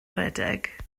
redeg